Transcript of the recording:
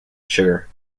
sugar